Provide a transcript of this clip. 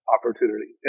opportunity